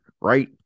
right